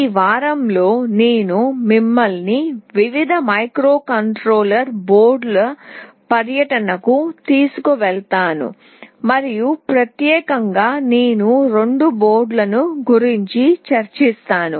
ఈ వారంలో నేను మిమ్మల్ని వివిధ మైక్రోకంట్రోలర్ బోర్డుల పర్యటనకు తీసుకువెళతాను మరియు ప్రత్యేకంగా నేను రెండు బోర్డుల గురించి చర్చిస్తాను